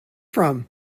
from